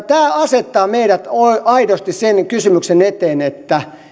tämä asettaa meidät aidosti sen kysymyksen eteen että